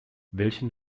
welchen